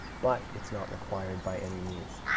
but it's not required by any means.